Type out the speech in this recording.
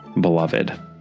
beloved